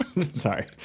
Sorry